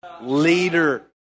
Leader